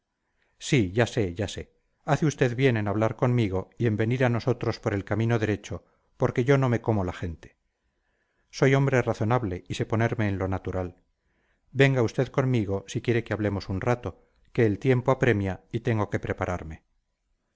sí ya sé ya sé hace usted bien en hablar conmigo y en venir a nosotros por el camino derecho porque yo no me como la gente soy hombre razonable y sé ponerme en lo natural venga usted conmigo si quiere que hablemos un rato que el tiempo apremia y tengo que prepararme